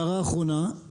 הערה אחרונה,